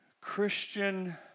Christian